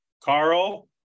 Carl